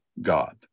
god